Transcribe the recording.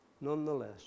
nonetheless